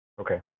Okay